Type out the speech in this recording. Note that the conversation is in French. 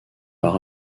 par